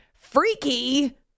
freaky